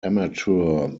amateur